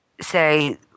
say